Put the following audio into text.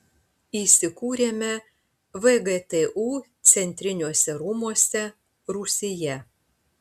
įsikūrėme vgtu centriniuose rūmuose rūsyje